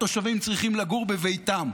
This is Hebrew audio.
התושבים צריכים לגור בביתם.